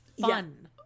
fun